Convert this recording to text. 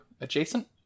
adjacent